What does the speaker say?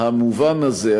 המובן הזה,